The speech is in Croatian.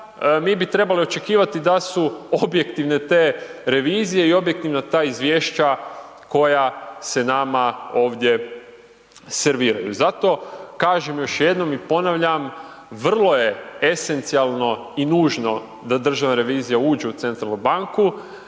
mi bi trebali očekivati da su objektivne te revizije i objektivna ta izvješća koja se nama ovdje serviraju. Zato kažem još jednom i ponavljam, vrlo je esencijalno i nužno da Državna revizija uđu u Centralnu banku.